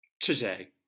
today